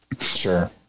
Sure